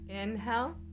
Inhale